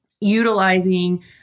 utilizing